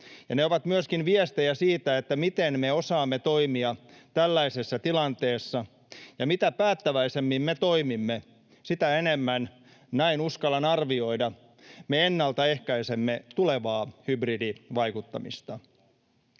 Ne ovat myöskin viestejä siitä, miten me osaamme toimia tällaisessa tilanteessa, ja mitä päättäväisemmin me toimimme, sitä enemmän — näin uskallan arvioida — me ennaltaehkäisemme tulevaa hybridivaikuttamista.